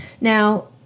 Now